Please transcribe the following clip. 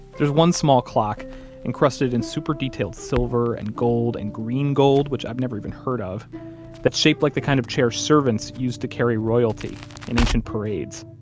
there's one small clock encrusted in super detailed silver and gold and green-gold, which i've never even heard of that's shaped like the kind of chair servants used to carry royalty in ancient parades.